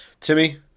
Timmy